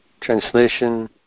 translation